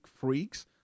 freaks